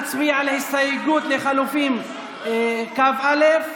נצביע על הסתייגות לחלופין כ"א.